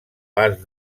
pas